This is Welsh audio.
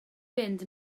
fynd